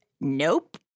nope